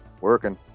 Working